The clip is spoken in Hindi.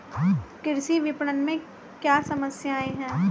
कृषि विपणन में क्या समस्याएँ हैं?